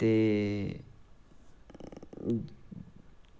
ते